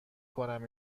کنم